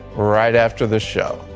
right after this show.